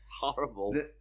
horrible